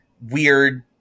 weird